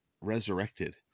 resurrected